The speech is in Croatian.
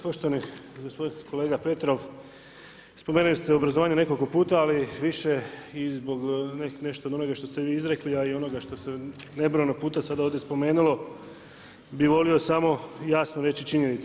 Poštovani gospodine kolega Petrov, spomenuli ste obrazovanje nekoliko puta ali više i zbog, nešto od onoga što ste vi izrekli, a i onoga što se nebrojeno puta sada ovdje spomenulo bih volio samo jasno reći činjenice.